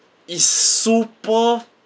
is super